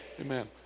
Amen